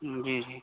जी जी